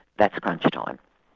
that's crunch time.